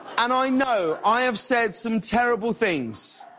and i know, i have said some terrible things